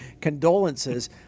condolences